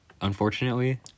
unfortunately